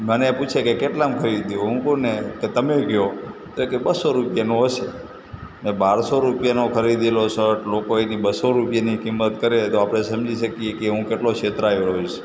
મને પૂછે કે કેટલામાં ખરીદ્યો હું કહું ને કે તમે કહો તો કહે બસો રૂપિયાનો હશે એ બારસો રૂપિયાનો ખરીદેલો સર્ટ લોકો એની બસો રૂપિયાની કિંમત કરે તો આપણે સમજી શકીએ કે હું કેટલો છેતરાયો હોઇશ